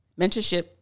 mentorship